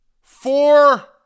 four